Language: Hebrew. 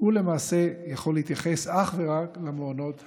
למעשה יכול להתייחס אך ורק למעונות הנעולים.